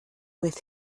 with